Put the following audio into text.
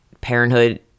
parenthood